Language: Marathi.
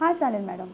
हा चालेल मॅडम